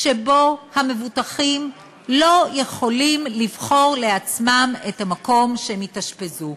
שבו המבוטחים לא יכולים לבחור לעצמם את המקום שבו הם יתאשפזו.